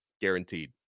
guaranteed